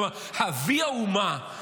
כלומר אבי האומה,